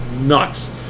nuts